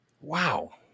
Wow